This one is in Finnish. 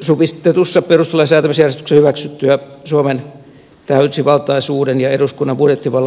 supistetussa perustuslain säätämisjärjestyksessä hyväksyttyä suomen täysivaltaisuuden ja eduskunnan budjettivallan rajoitusta